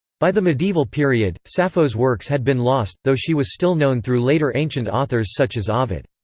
by the medieval period, sappho's works had been lost, though she was still known through later ancient authors such as ovid.